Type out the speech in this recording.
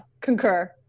Concur